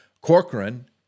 Corcoran